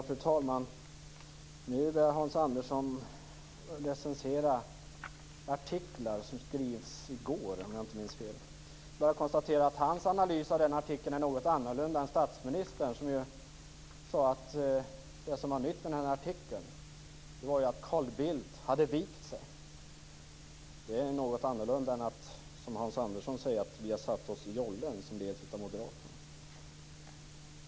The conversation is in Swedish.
Fru talman! Nu när Hans Andersson börjar recensera denna artikel, som om jag inte minns fel publicerades i går, kan jag konstatera att hans analys av artikeln är något annorlunda än statsministerns. Statsministern sade ju att det som var nytt med denna artikel var att Carl Bildt hade vikt sig. Det är något annorlunda än att som Hans Andersson säga att vi har satt oss i jollen som leds av moderaterna.